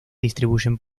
distribuyen